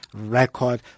record